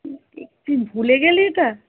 তুই ভুলে গেলি এটা